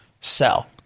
sell